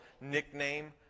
nickname